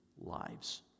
lives